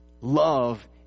love